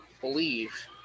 believe